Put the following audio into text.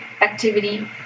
activity